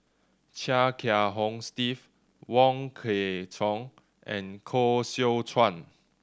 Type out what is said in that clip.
Chia Kiah Hong Steve Wong Kwei Cheong and Koh Seow Chuan